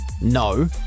no